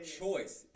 choice